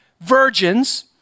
virgins